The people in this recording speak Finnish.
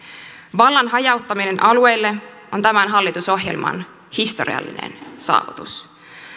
vallan hajauttaminen alueille on tämän hallitusohjelman historiallinen saavutus